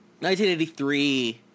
1983